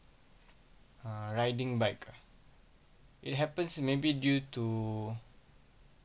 err riding bike uh it happens maybe due to